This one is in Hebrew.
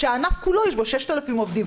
שבענף כולו יש 6,000 עובדים.